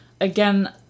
again